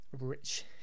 rich